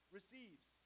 receives